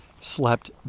slept